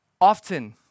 often